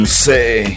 say